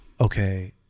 okay